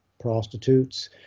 prostitutes